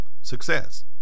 success